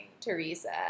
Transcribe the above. Teresa